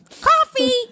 Coffee